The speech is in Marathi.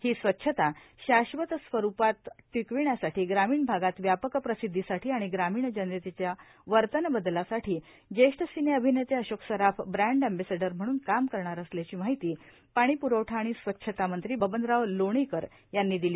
ही स्वच्छता शाश्वत स्वरुपात टिकविण्यासाठी ग्रामीण भागात व्यापक प्रसिदधीसाठी आणि ग्रामीण जनतेच्या वर्तन बदलासाठी ज्येष्ठ सिने अभिनेते अशोक सराफ बँन्ड एम्बेसिडर म्हणून काम करणार असल्याची माहिती पाणी पुरवठा आणि स्वच्छता मंत्री बबनराव लोणीकर यांनी दिली